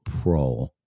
Pro